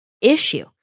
issue